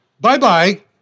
bye-bye